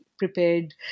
Prepared